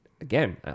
again